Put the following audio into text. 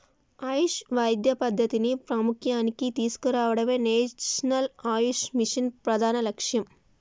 ఆయుష్ వైద్య పద్ధతిని ప్రాముఖ్య్యానికి తీసుకురావడమే నేషనల్ ఆయుష్ మిషన్ ప్రధాన లక్ష్యం